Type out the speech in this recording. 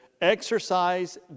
exercise